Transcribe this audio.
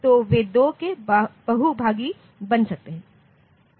तो वे 2 के बहुभागी होने चाहिए